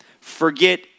forget